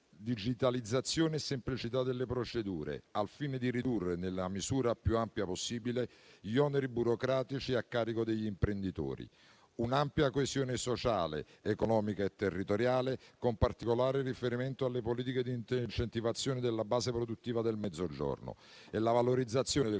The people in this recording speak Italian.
digitalizzazione e semplicità delle procedure, al fine di ridurre nella misura più ampia possibile gli oneri burocratici a carico degli imprenditori; un'ampia coesione sociale, economica e territoriale con particolare riferimento alle politiche di incentivazione della base produttiva del Mezzogiorno e la valorizzazione del